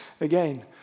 Again